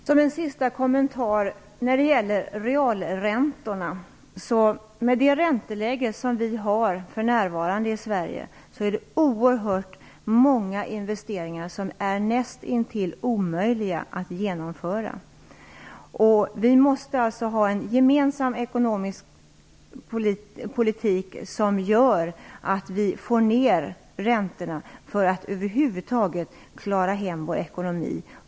Herr talman! Jag vill göra en sista kommentar när det gäller realräntorna. Med det ränteläge som vi för närvarande har i Sverige är det oerhört många investeringar som är nästintill omöjliga att genomföra. Vi måste alltså föra en gemensam ekonomisk politik, så att vi kan få ner räntorna, för att över huvud taget klara vår ekonomi.